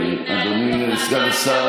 אדוני סגן השר,